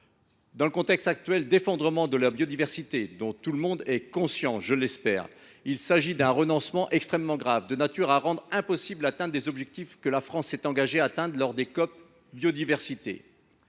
Dans le contexte actuel d’effondrement de la biodiversité, dont tout le monde est conscient, je l’espère, il s’agit d’un renoncement extrêmement grave, de nature à rendre impossible l’atteinte des objectifs que la France s’est engagée à atteindre lors des COP biodiversité.